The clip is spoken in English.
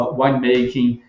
winemaking